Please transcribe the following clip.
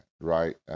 right